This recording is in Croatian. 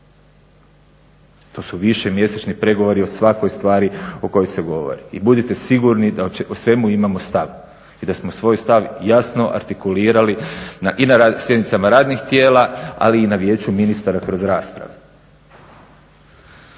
To su višemjesečni pregovori o svakoj stvari o kojoj se govori. I budite sigurni da o svemu imamo stav i da smo svoj stav jasno artikulirali i na sjednicama radnih tijela, ali i na Vijeću ministara kroz rasprave.